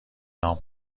نام